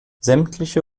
sämtliche